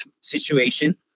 situation